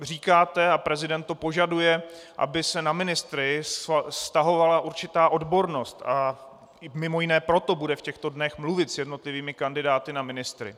Říkáte a prezident to požaduje, aby se na ministry vztahovala určitá odbornost, a mimo jiné proto bude v těchto dnech mluvit s jednotlivými kandidáty na ministry.